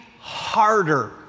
harder